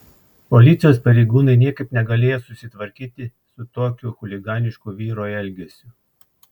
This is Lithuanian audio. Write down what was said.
policijos pareigūnai niekaip negalėjo susitvarkyti su tokiu chuliganišku vyro elgesiu